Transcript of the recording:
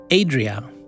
Adria